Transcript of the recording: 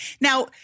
Now